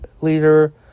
leader